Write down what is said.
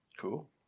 Cool